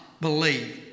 believe